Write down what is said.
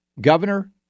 governor